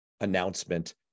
announcement